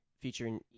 featuring